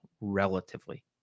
relatively